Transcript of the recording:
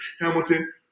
Hamilton